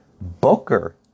Booker